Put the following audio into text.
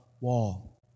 wall